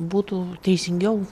būtų teisingiau